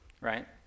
right